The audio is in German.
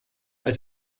als